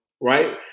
right